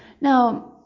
Now